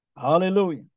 Hallelujah